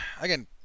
Again